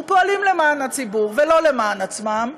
פועלים למען הציבור ולא למען עצמם,